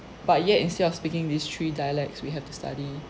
but yet instead of speaking these three dialects we have to study